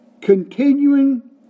continuing